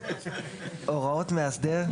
"הוראות מאסדר"